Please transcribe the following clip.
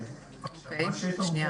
שלום,